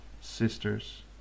sisters